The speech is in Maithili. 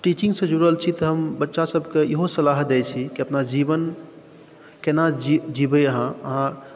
टीचिंगसे जुड़ल छी तऽ हम बच्चा सभकेँ इहो सलाह दै छी अपना जीवन केना जीवै अहाँ अहाँ